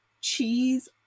cheese